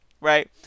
right